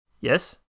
Yes